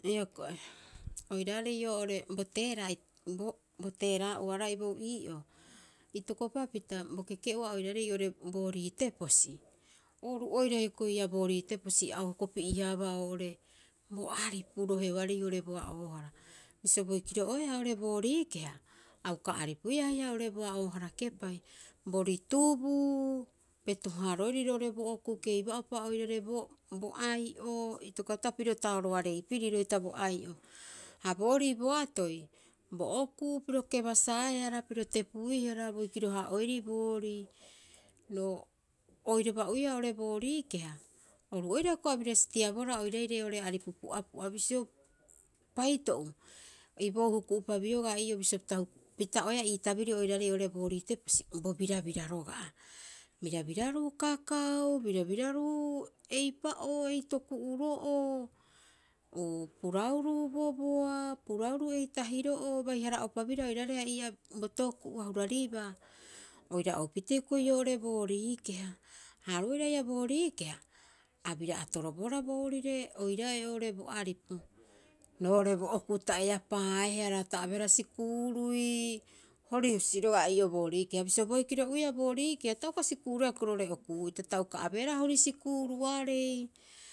Hioko'i, oiraarei oo'ore bo teera'a bo- bo teera'a'oa roga'a iboou ii'oo, itokopapita bo keke'oa oiraarei oo'ore boorii teposi. Oru oira hioko'i ii'aa boori teposi a o hokopi'e- haabaa oo'ore bo aripu rohearei oo'ore boaoohara. Bisio boikiro oea oo'ore boori keha, a uka aripuia haia oo'ore boa oohara kepai. Bo ritubuu petu- haaroerii roo'ore bo okuu keiba'pa oirare bo bo ai'o. Itkopapita pirio taoroarei piriro hita bo ai'o. Ha boori boatoi, bo okuu piro kebasaehara piro tepuihara boikro- haa'oerii boori ro oiraba uia oo'ore boori keha, oru oira hioko'i a bira stiabo- hara oiraire oo'ore aripu pu'apu'a bisio paito'u, iboou huku'pa biogaa ii'oo bisio pita huku pita; oea ii tabirio oiraarei oo'ore boori teposi, bo birabira roga'a. Birabiraruu kakau birabiraruu eipa'oo ei toku'uro'oo uu purauruu boboa puraruu eitahiro'oo bai- hara'opa bira oiraareha ii'aa bo toku'u a huraribaa oira oupitee hioko'i oo'ore boorii keha. Ha oru oira ii'aa boori keha, a bira atorobohara boorire oiraae oo'ore bo aripu. Roo'ore bo okuu ta eapaaehara ta abeehara sikuurui horihusi roga'a ii'oo boori keha bisio boikiro uiia boori keha, ta uka sikuuruia hioko'i roo'ore o kuu'ita ta uka abeehara hori sikuuruarei.